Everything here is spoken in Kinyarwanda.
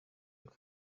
yuko